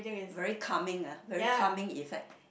very calming ah very calming effect